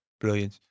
Brilliant